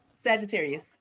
Sagittarius